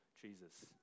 Jesus